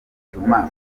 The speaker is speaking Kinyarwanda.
butuma